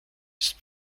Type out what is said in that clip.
ist